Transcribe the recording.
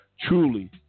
truly